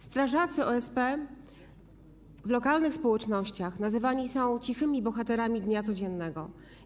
Strażacy OSP w lokalnych społecznościach nazywani są cichymi bohaterami dnia codziennego.